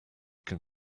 can